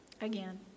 again